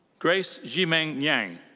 grace zhimeng yang.